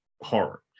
horror